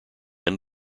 end